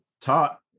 taught